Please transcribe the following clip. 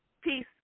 Peace